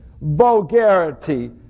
vulgarity